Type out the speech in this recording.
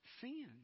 sin